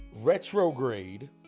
retrograde